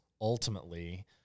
ultimately